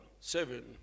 seven